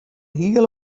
hiele